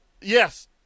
Yes